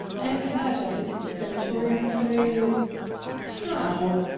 i have heard of his sanatorium through how,